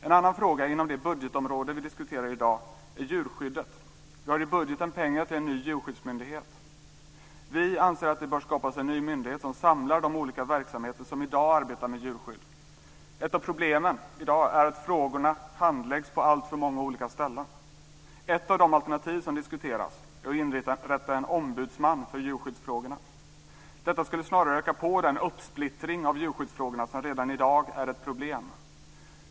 En annan fråga inom det budgetområde som vi diskuterar i dag är djurskyddet. Vi har i budgeten pengar till en ny djurskyddsmyndighet. Vi anser att det bör skapas en ny myndighet som samlar de olika verksamheter som i dag arbetar med djurskydd. Ett av problemen i dag är att frågorna handläggs på alltför många olika ställen. Ett av de alternativ som diskuteras är att inrätta en ombudsman för djurskyddsfrågorna. Detta skulle snarare öka på den uppsplittring av djurskyddsfrågorna som redan i dag är ett problem.